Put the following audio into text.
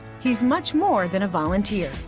he's much more than a volunteer.